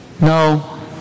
No